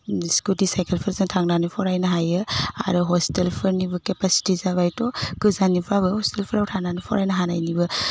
scooty साइकेलफोरजों थांनानै फरायनो हायो आरो हस्टेलफोरनिबो केपासिटि जाबायथ' गोजाननिबाबो हस्टेलफ्राव थानानै फरायनो हानायनिबो